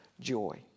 joy